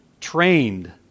trained